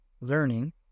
learning